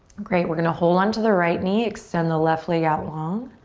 great, we're gonna hold onto the right knee, extend the left leg out long.